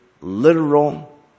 literal